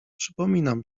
przypominam